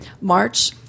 March